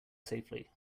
safely